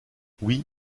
oui